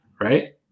right